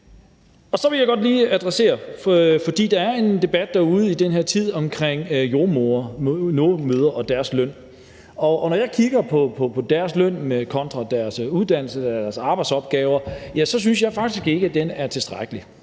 derude i den her tid omkring jordemødre og deres løn, og når jeg kigger på deres løn kontra deres uddannelse og deres arbejdsopgaver, ja, så synes jeg faktisk ikke, at den er tilstrækkelig.